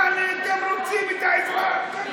יעני אתם רוצים את העזרה.